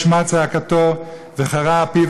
אשמע צעקתו וחרה אפי,